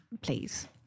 please